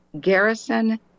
Garrison